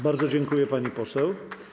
Bardzo dziękuję, pani poseł.